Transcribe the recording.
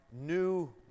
new